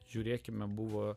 žiūrėkime buvo